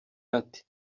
ati